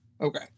Okay